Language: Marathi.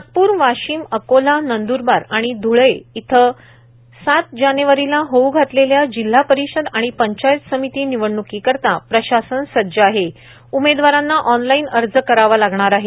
नागपूर वाशीम अकोला नंद्रबार आणि ध्ळे इथं सात जानेवारीला होऊ घातलेल्या जिल्हा परिषद आणि पंचायत समिती निवडण्कीकरिता उमेदवारांना अॅनलाईन अर्ज करावा लागणार आहे